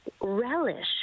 relish